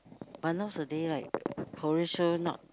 but nowadays like Korea show not